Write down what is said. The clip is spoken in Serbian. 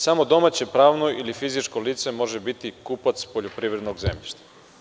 Samo domaće pravno ili fizičko lice može biti kupac poljoprivrednog zemljišta.